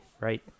right